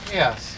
yes